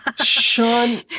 Sean